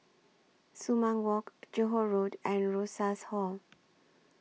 Sumang Walk Johore Road and Rosas Hall